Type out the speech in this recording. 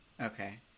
Okay